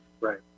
Right